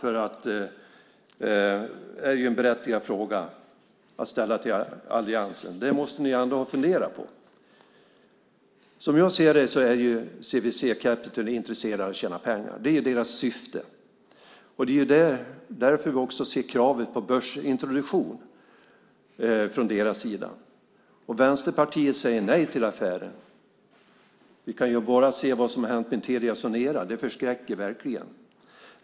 Det är en berättigad fråga att ställa till alliansen. Det måste ni ändå ha funderat på. Som jag ser det är CVC Capital Partners intresserade av att tjäna pengar. Det är deras syfte. Det är också därför vi ser kravet på börsintroduktion från deras sida. Vänsterpartiet säger nej till affären. Vi kan bara se vad som hänt med Telia Sonera. Det förskräcker verkligen.